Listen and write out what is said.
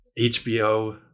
hbo